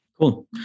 Cool